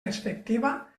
perspectiva